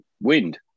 Wind